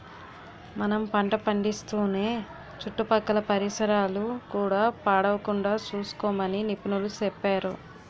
మనం పంట పండిస్తూనే చుట్టుపక్కల పరిసరాలు కూడా పాడవకుండా సూసుకోమని నిపుణులు సెప్పేరు